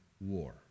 war